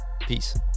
Peace